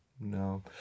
No